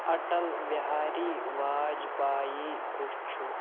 اٹل بِہاری واجپایی کُس چھُ